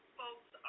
folks